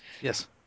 Yes